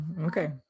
Okay